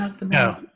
No